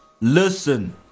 listen